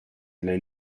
alle